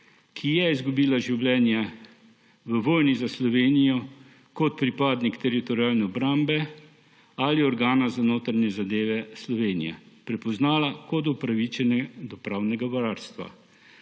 ki je izgubila življenje v vojni za Slovenijo kot pripadnik Teritorialne obrambe ali organa za notranje zadeve Slovenije, prepoznala kot upravičene do pravnega varstva.